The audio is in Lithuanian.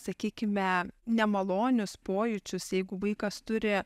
sakykime nemalonius pojūčius jeigu vaikas turi